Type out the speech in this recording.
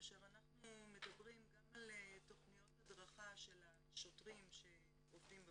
כאשר אנחנו מדברים גם על תכניות הדרכה של השוטרים שעובדים בפועל,